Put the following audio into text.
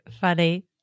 funny